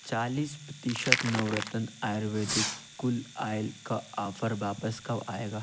चालीस प्रतिशत नवरत्न आयुर्वेदिक कूल आयल का ऑफर वापस कब आएगा